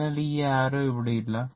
അതിനാൽ ഇത് അരരൌ ഇവിടെ ഇല്ല